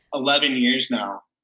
eleven years now.